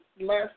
last